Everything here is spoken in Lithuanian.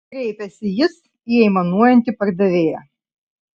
kreipėsi jis į aimanuojantį pardavėją